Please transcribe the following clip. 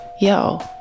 yo